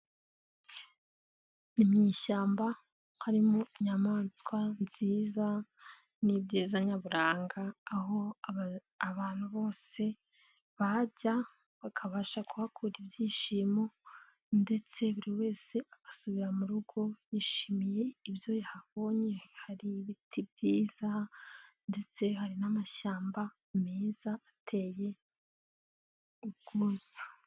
Ni mu ishyamba harimo inyamaswa nziza n'ibyiza nyaburanga, aho abantu bose bajya bakabasha kuhakura ibyishimo ndetse buri wese agasubira mu rugo yishimiye, ibyo yahabonye hari ibiti byiza ndetse hari n'amashyamba meza ateye ubwuzu.